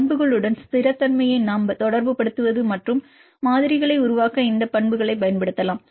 பண்புகளுடன் ஸ்திரத்தன்மையை நாம் தொடர்புபடுத்துவது மற்றும் மாதிரிகளை உருவாக்க இந்த பண்புகளைப் பயன்படுத்தலாம்